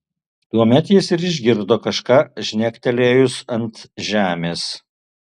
tuomet jis ir išgirdo kažką žnektelėjus ant žemės